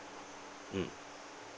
mm